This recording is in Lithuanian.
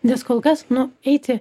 nes kol kas nu eiti